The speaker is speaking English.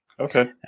Okay